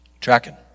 Tracking